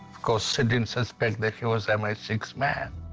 course i didn't suspect that he was m i six man.